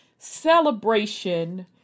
celebration